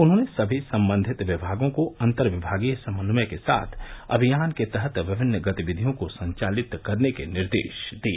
उन्होंने सभी सम्बन्धित विभागों को अन्तर्विभागीय समन्वय के साथ अभियान के तहत विभिन्न गतिविधियों को संचालित करने के निर्देश दिए